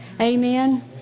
Amen